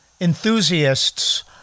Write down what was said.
enthusiasts